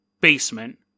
basement